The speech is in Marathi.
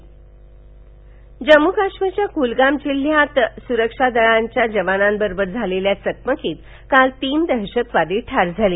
दहशतवादी ठार जम्मू काश्मीरच्या कुलगाम जिल्ह्यात सुरक्षा दलातील जवानांबरोबर झालेल्या चकमकीत काल तीन दहशतवादी ठार झाले